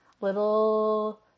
Little